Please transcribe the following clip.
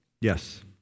Yes